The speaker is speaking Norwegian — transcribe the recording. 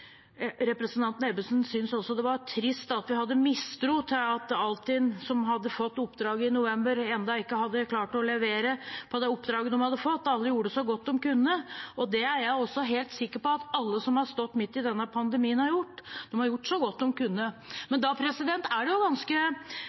Representanten Ebbesen syntes også det var trist at vi hadde mistro til Altinn, som hadde fått oppdraget i november og ennå ikke hadde klart å levere på det oppdraget de hadde fått – alle gjorde så godt de kunne. Det er jeg helt sikker på at alle som har stått midt i denne pandemien, har gjort. De har gjort så godt de kunne. Da er det ganske